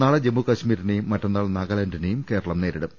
നാളെ ജമ്മു കശ്മീരിനെയും മറ്റന്നാൾ നാഗാലാന്റിനേയും കേരളം നേരിടും